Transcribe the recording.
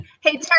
Hey